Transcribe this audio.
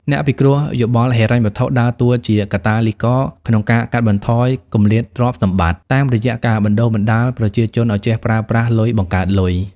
អ្នកពិគ្រោះយោបល់ហិរញ្ញវត្ថុដើរតួជាកាតាលីករក្នុងការកាត់បន្ថយគម្លាតទ្រព្យសម្បត្តិ តាមរយៈការបណ្ដុះបណ្ដាលប្រជាជនឱ្យចេះប្រើប្រាស់លុយបង្កើតលុយ។